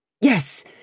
Yes